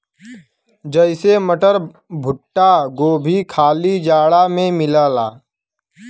जइसे मटर, भुट्टा, गोभी खाली जाड़ा मे मिलला